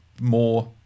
more